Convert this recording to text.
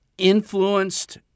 influenced